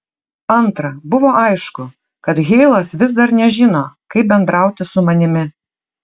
antra buvo aišku kad heilas vis dar nežino kaip bendrauti su manimi